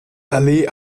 allee